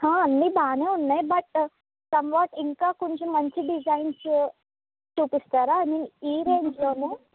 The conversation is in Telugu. అన్ని బాగానే ఉన్నాయి బట్ సమ్వాట్ ఇంకా కొంచెం మంచి డిజైన్స్ చూపిస్తారా ఐ మీన్ ఈ రేంజ్లోనే